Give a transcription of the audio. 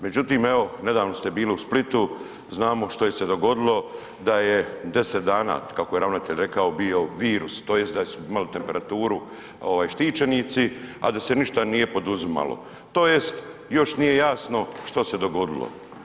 Međutim, evo, nedavno ste bili u Splitu, znamo što je se dogodilo, da je 10 dana, kako je ravnatelj rekao bio virus, tj. da su imali temperaturu štićenici, a da se ništa nije poduzimalo, tj. još nije jasno što se dogodilo.